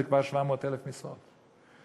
זה כבר 700,000 משרות.